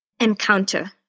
encounter